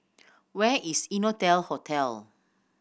where is Innotel Hotel